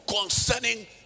Concerning